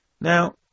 now